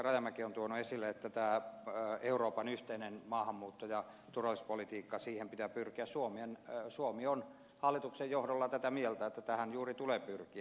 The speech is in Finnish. rajamäki on tuonut esille että tähän euroopan yhteiseen maahanmuutto ja turvapaikkapolitiikkaan pitää pyrkiä että suomi on hallituksen johdolla tätä mieltä että tähän juuri tulee pyrkiä